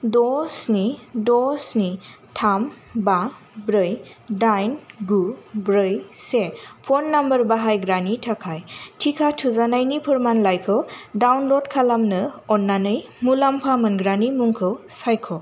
द' स्नि द' स्नि थाम बा ब्रै दाइन गु ब्रै से फन नम्बर बाहायग्रानि थाखाय टिका थुजानायनि फोरमानलाइखौ डाउनल'ड खालामनो अन्नानै मुलाम्फा मोनग्रानि मुंखौ सायख'